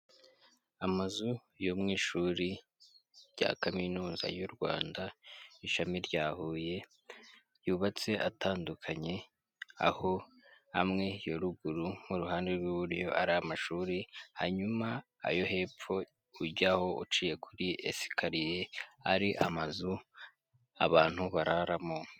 Amazu yo mu ishuri rya Kaminuza y'u Rwanda ishami rya Huye yubatse atandukanye, aho amwe yo ruguru nk'uruhande rw'iburyo ari amashuri, hanyuma ayo hepfo ujyaho uciye kuri esikariye ari amazu abantu bararamo.